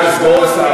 סגן השר,